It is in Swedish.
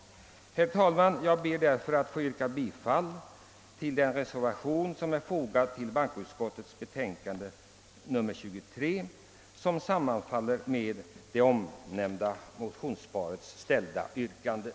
Herr talman! Jag ber att få yrka bifall till den reservation som är fogad till bankoutskottets utlåtande nr 23 som sammanfaller med det i det omnämnda motionsparet framställda yrkandet.